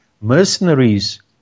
mercenaries